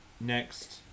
next